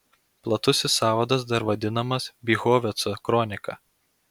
platusis sąvadas dar vadinamas bychoveco kronika